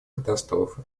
катастрофы